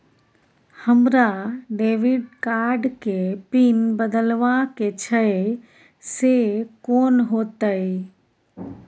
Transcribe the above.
हमरा debit card के PIN बदलवा के छै से कोन होतै?